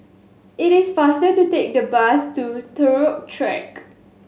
it is faster to take the bus to Turut Track